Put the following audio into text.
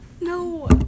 No